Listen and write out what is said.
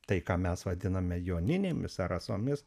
tai ką mes vadiname joninėmis ar rasomis